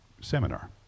seminar